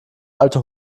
alte